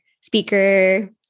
speaker